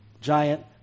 giant